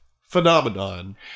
phenomenon